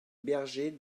bergers